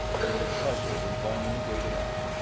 he looked puzzled and finally gave it up.